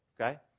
okay